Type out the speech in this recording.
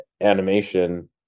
animation